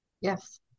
yes